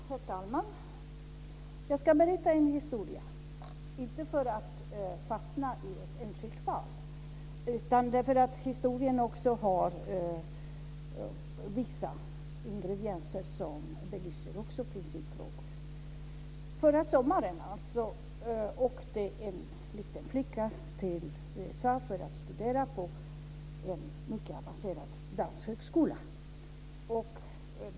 Herr talman! Jag ska berätta en historia - inte för att fastna i ett enskilt fall, utan därför att historien har vissa ingredienser som belyser principfrågor. Förra sommaren åkte en liten flicka till USA för att studera på en mycket avancerad danshögskola.